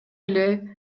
эле